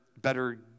better